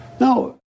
No